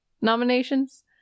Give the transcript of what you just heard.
nominations